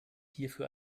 hierfür